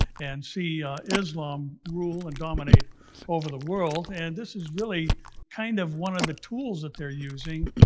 and see islam rule, and dominate over the world. and this is really kind of one of the tools that they're using.